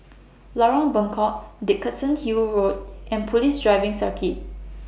Lorong Bengkok Dickenson Hill Road and Police Driving Circuit